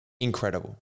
Incredible